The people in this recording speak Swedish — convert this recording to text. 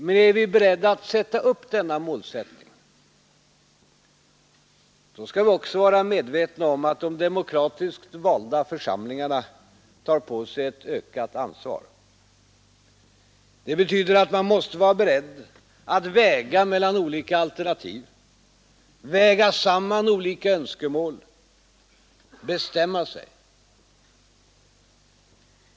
Men är vi beredda att sätta upp denna målsättning då skall vi också vara medvetna om att de demokratiskt valda församlingarna tar på sig ett ökat ansvar. Det betyder att man måste vara beredd att väga mellan olika alternativ, väga samman olika önskemål, bestämma sig.